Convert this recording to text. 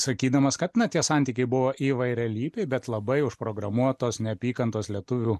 sakydamas kad na tie santykiai buvo įvairialypiai bet labai užprogramuotos neapykantos lietuvių